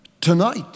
tonight